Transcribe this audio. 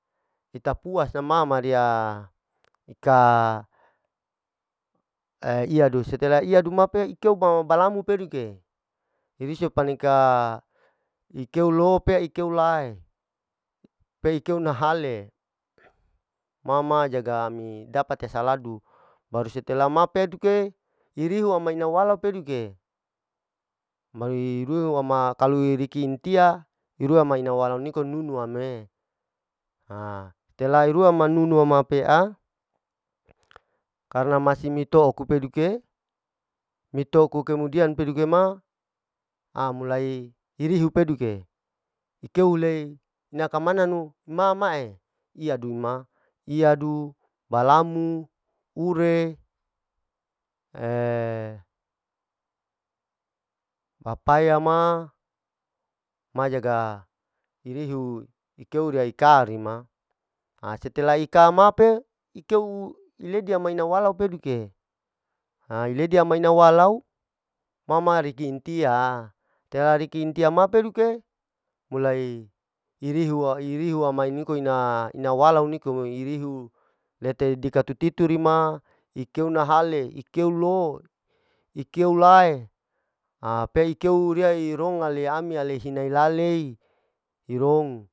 Eta puas nama ma riya, ika iyadu setelah iyadu ma pea ikeu balamu peduke, iriso paneka ikeolo pea, ikeola'e pei keo nahale, ma ma jaga ami dapat wasaladu baru setelah ma peduke, irihu mana ula wala peduke, mari irui ama kalu rikiintia irui maina wala niko nunuam'e, ha tela irua ama nunu pea karna masi mitoku peduke, mitoko kemudian peduke ma a'mulai irihu peduke, ikeu le ina kamanunu ma ma e, iyadun ma iyadu balamu, ure, papaya ma, ma jaga irihu ikeu riya ikari ma, a setelah ika ma pe ikeu iledi ama ina wala peduke ha ledi ama ina walau, mama riki intia, pea riki intia ma peduke, mulai irihu, irihu ma pea ina walau nikome irihu leke dititu rima ma ikeu nahale ikeu lo, ikeu lae, ha pei keu riya rong ale ami alei hina hilale rong.